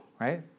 right